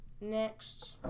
Next